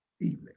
evening